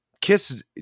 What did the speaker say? Kiss